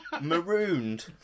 marooned